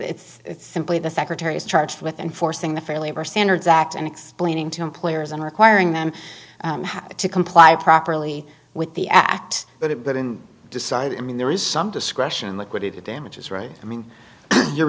it's simply the secretary is charged with enforcing the fair labor standards act and explaining to employers and requiring them to comply properly with the act that it did in deciding i mean there is some discretion liquidated damages right i mean your